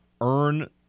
earn